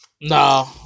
no